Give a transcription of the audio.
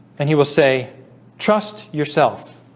and he will say trust yourself